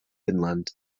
inland